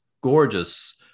gorgeous